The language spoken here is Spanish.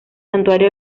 santuario